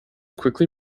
quickly